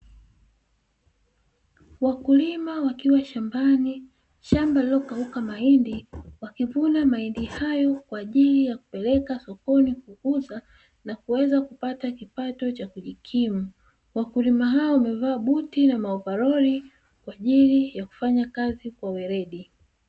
Wakulima wakiwa shambani, shamba lililokauka mahindi wakivuna maindi hayo kwa ajili ya kupeleka sokoni kuuza na kuweza kupata kipato cha kujikimu, wakulima hao wamevaa buti na maovaroli kwa ajili ya kufanya kazi kwa uweledi.